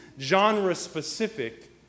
genre-specific